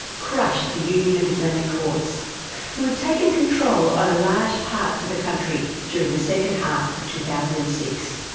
crushed the union of islamic courts who had taken control over large parts of the country during the second half of two thousand and six.